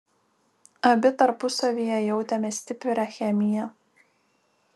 abi tarpusavyje jautėme stiprią chemiją